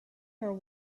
her